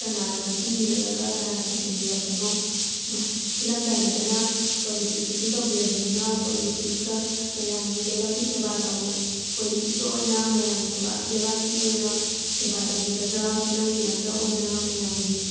ꯀꯅꯥꯅ ꯂꯝꯖꯤꯡꯕꯤꯔꯛꯂꯒ ꯀꯅꯥꯅ ꯄꯨꯁꯟꯕꯤꯔꯛꯄꯅꯣ ꯐꯤꯜꯃꯗ ꯅꯠꯇꯅ ꯄꯣꯂꯤꯇꯤꯛꯁꯇꯁꯨ ꯇꯧꯕꯤꯔꯕꯅꯤꯅ ꯄꯣꯂꯤꯇꯤꯛꯁꯇ ꯃꯌꯥꯝꯒꯤ ꯂꯩꯕꯥꯛꯀꯤ ꯁꯦꯕꯥ ꯇꯧꯕ ꯄꯣꯂꯤꯇꯤꯛꯁꯇ ꯑꯣꯏꯅ ꯃꯌꯥꯝꯒꯤ ꯁꯦꯕꯥ ꯂꯩꯕꯥꯛꯀꯤ ꯑꯣꯏꯅ ꯁꯦꯕꯥ ꯇꯧꯕꯤꯒꯗ꯭ꯔꯥ ꯐꯤꯂꯝꯒꯤ ꯂꯝꯗ ꯑꯣꯏꯅ ꯃꯌꯥꯝꯒꯤ